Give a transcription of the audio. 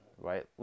right